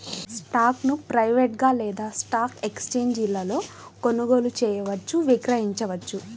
స్టాక్ను ప్రైవేట్గా లేదా స్టాక్ ఎక్స్ఛేంజీలలో కొనుగోలు చేయవచ్చు, విక్రయించవచ్చు